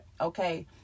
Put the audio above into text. okay